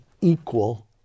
equal